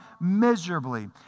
miserably